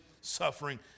suffering